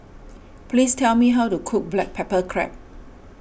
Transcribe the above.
please tell me how to cook Black Pepper Crab